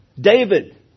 David